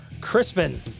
Crispin